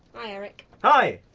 hi eric. hi!